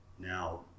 Now